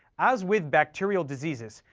as with bacterial diseases,